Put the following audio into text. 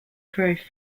growth